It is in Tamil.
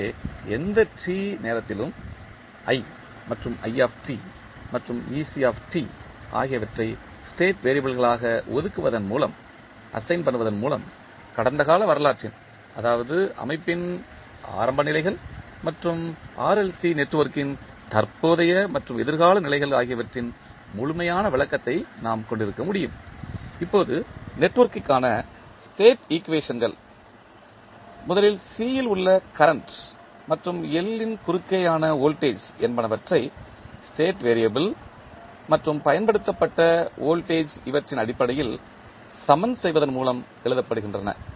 எனவே எந்த t நேரத்திலும் மற்றும் மற்றும் ஆகியவற்றை ஸ்டேட் வெறியபிள்களாக ஒதுக்குவதன் மூலம் கடந்த கால வரலாற்றின் அதாவது அமைப்பின் ஆரம்ப நிலைகள் மற்றும் RLC நெட்வொர்க்கின் தற்போதைய மற்றும் எதிர்கால நிலைகள் ஆகியவற்றின் முழுமையான விளக்கத்தை நாம் கொண்டிருக்க முடியும் இப்போது நெட்வொர்க்கிற்கான ஸ்டேட் ஈக்குவேஷன்கள் முதலில் C ல் உள்ள கரண்ட் மற்றும் L ன் குறுக்கேயான வோல்டேஜ் என்பனவற்றை ஸ்டேட் வெறியபிள் மற்றும் பயன்படுத்தப்பட்ட வோல்டேஜ் இவற்றின் அடிப்படையில் சமன் செய்வதன் மூலம் எழுதப்படுகின்றன